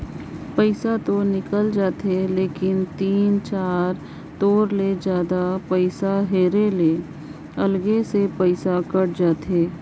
पइसा तो निकल जाथे लेकिन तीन चाएर तोर ले जादा पइसा हेरे ले अलग से पइसा कइट जाथे